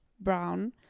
Brown